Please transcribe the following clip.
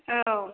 औ